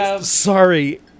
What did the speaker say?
Sorry